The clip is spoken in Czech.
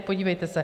Podívejte se.